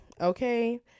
okay